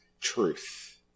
truth